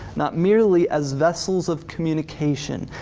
not merely as vessels of communication.